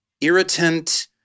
irritant